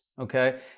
Okay